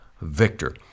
Victor